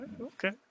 okay